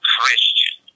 Christian